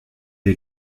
est